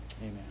amen